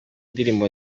ndirimbo